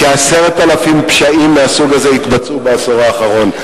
כ-10,000 פשעים מהסוג הזה התבצעו בעשור האחרון,